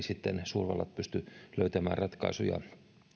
sitten suurvallat pysty löytämään ratkaisuja